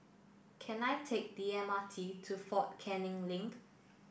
can I take the M R T to Fort Canning Link